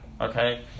okay